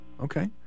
Okay